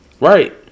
Right